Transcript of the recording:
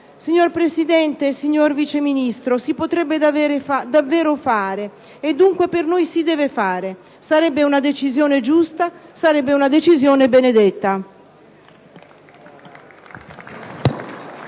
Signor Presidente, signor Vice Ministro, si potrebbe davvero fare e, dunque, per noi si deve fare. Sarebbe una decisione giusta; sarebbe una decisione benedetta.